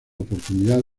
oportunidad